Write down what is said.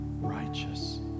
righteous